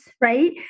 right